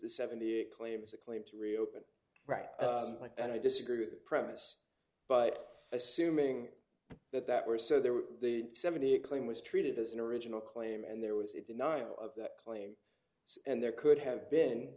the seventy eight claim is a claim to reopen right and i disagree with that premise but assuming that that were so there were the seventy eight claim was treated as an original claim and there was a denial of that claim and there could have been